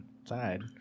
inside